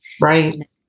Right